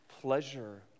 Pleasure